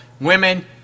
Women